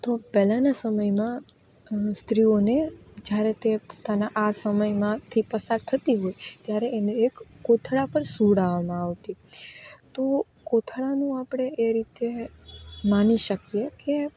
તો પહેલાના સમયમાં સ્ત્રીઓને જ્યારે તેના આ સમયમાંથી પસાર થતી હોય ત્યારે તેને એક કોથળા પર સુવડાવવામાં આવતી તો કોથળાનું આપણે એ રીતે માની શકીએ કે